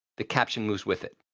the caption moves with it.